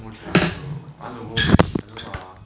no chance to go I wanna go ah